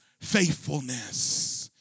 faithfulness